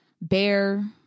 bear